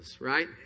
right